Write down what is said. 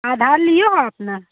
आधार लिए अपना